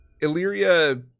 Illyria